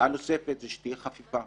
שתהיה חפיפה